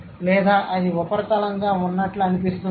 లేదా అది ఉపరితలంగా ఉన్నట్లు అనిపిస్తుందా